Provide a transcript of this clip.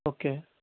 okay